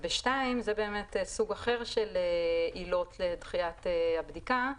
זה באמת סוג אחר של עילות לדחיית הבדיקה,